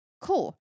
Cool